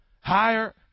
higher